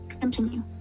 continue